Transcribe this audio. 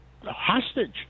hostage